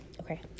okay